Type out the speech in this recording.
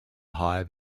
hive